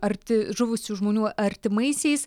arti žuvusių žmonių artimaisiais